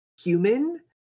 human